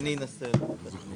ננעלה בשעה